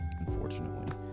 Unfortunately